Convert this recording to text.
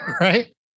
right